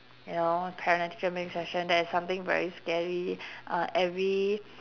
you know parent teacher meeting session that is something very scary uh every